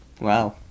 Wow